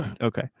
Okay